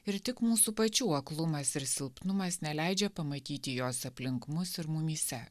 ir tik mūsų pačių aklumas ir silpnumas neleidžia pamatyti jos aplink mus ir mumyse